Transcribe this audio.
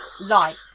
light